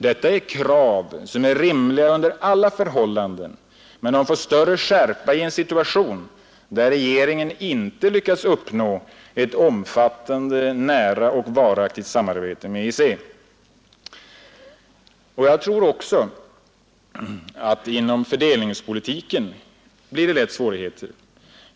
Detta är krav som är rimliga under alla förhållanden men de får större skärpa i en situation där regeringen inte lyckats uppnå ett omfattande, nära och varaktigt samarbete med EEC. Jag tror också att det inom fördelningspolitiken lätt blir svårigheter.